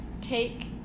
Take